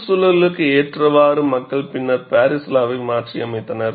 சுற்றுச்சூழலுக்கு ஏற்றவாறு மக்கள் பின்னர் பாரிஸ் லாவை மாற்றியமைத்துள்ளனர்